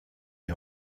est